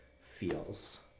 feels